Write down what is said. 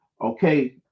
okay